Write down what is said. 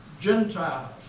Gentiles